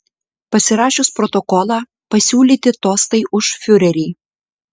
pasirašius protokolą pasiūlyti tostai už fiurerį